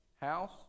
House